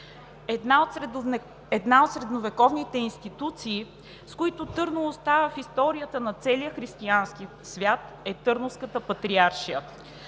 Една от средновековните институции, с които Търново остава в историята на целия християнски свят, е Търновската патриаршия.